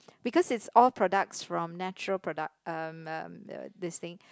because it's all products from natural product um um this thing